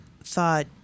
thought